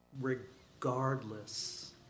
regardless